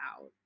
out